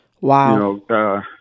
Wow